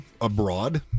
abroad